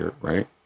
Right